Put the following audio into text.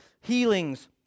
healings